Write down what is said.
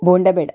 ಬೋಂಡ ಬೇಡ